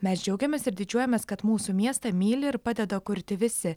mes džiaugiamės ir didžiuojamės kad mūsų miestą myli ir padeda kurti visi